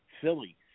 Philly